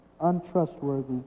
untrustworthy